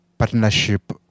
partnership